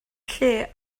lle